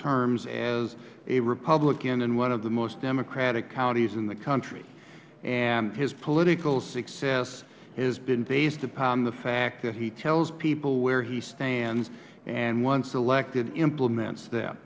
terms as a republican in one of the most democratic counties in the country and his political success has been based upon the fact that he tells people where he stands and once elected implements